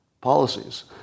policies